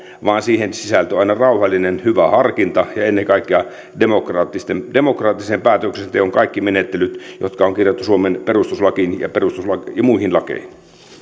vaan siihen sisältyy aina rauhallinen hyvä harkinta ja ennen kaikkea demokraattisen demokraattisen päätöksenteon kaikki menettelyt jotka on kirjattu suomen perustuslakiin ja muihin lakeihin